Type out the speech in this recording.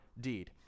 deed